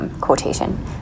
Quotation